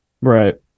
right